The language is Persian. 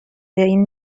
این